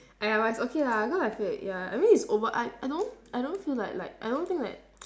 !aiya! but it's okay lah cause I feel ya I mean it's over I I don't I don't feel like like I don't think that